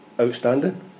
outstanding